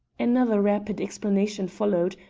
another rapid explanation followed,